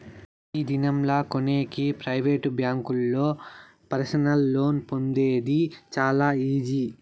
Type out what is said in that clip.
ఈ దినం లా కొనేకి ప్రైవేట్ బ్యాంకుల్లో పర్సనల్ లోన్ పొందేది చాలా ఈజీ